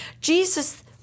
Jesus